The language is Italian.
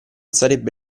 sarebbe